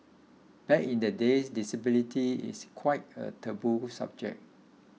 back in the days disability is quite a taboo subject